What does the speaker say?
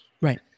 Right